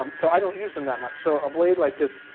um so i don't use them that much. so a blade like this,